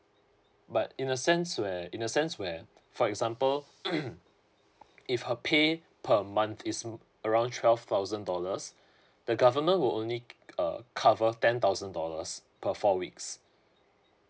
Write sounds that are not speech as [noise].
but in the sense where in the sense where for example [coughs] if her pay per month is around twelve thousand dollars the government will only uh cover ten thousand dollars per four weeks